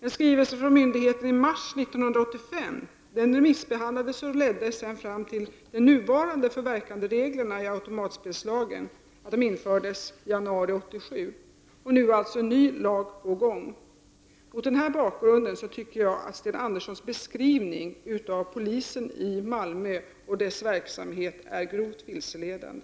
En skrivelse från myndigheten i mars 1985 remissbehandlades och ledde fram till att de nuvarande förverkandereglerna i automatspelslagen infördes i januari 1987. Nu är alltså en ny lag på gång. Mot denna bakgrund tycker jag att Sten Anderssons beskrivning av polisen i Malmö och dess verksamhet är grovt vilseledande.